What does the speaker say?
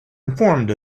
informed